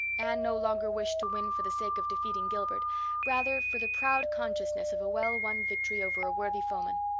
anne no longer wished to win for the sake of defeating gilbert rather, for the proud consciousness of a well-won victory over a worthy foeman.